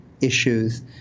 issues